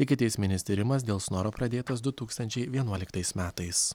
ikiteisminis tyrimas dėl snoro pradėtas du tūkstančiai vienuoliktais metais